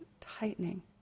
tightening